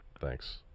Thanks